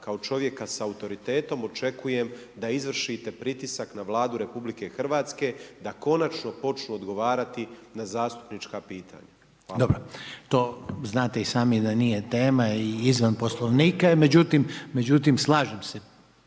kao čovjeka sa autoritetom očekujem da izvršite pritisak na Vladu Republike Hrvatske da končano počnu odgovarati na zastupnička pitanja. Hvala. **Reiner, Željko (HDZ)** Dobro. To znate i sami da nije tema i izvan Poslovnika je. Međutim, slažem se